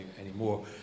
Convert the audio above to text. anymore